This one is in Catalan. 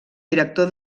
director